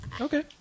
Okay